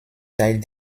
teil